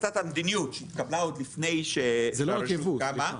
החלטת המדיניות שהתקבלה עוד לפני --- זה לא רק ייבוא סליחה.